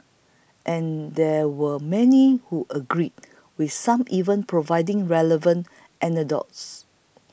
and there were many who agreed with some even providing relevant anecdotes